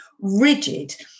rigid